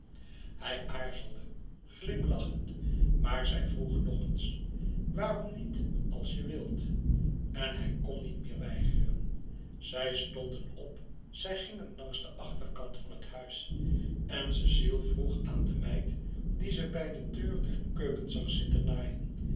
hij aarzelde glimlachend maar zij vroeg nog eens waarom niet als je wilt en hij kn niet meer weigeren zij stonden op zij gingen langs den achterkant van het huis en cecile vroeg aan de meid die ze bij de deur der keuken zag zitten naaien